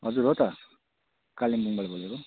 हजुर हो त कालिम्पोङबाट बोलेको